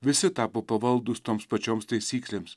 visi tapo pavaldūs toms pačioms taisyklėms